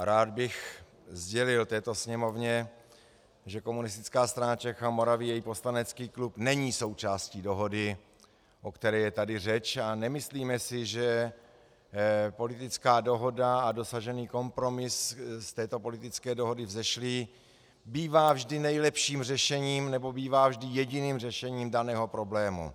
Rád bych sdělil této Sněmovně, že Komunistická strana Čech a Moravy, její poslanecký klub, není součástí dohody, o které je tady řeč, a nemyslíme si, že politická dohoda a dosažený kompromis z této politické dohody vzešlý bývá vždy nejlepším řešením, nebo bývá vždy jediným řešením daného problému.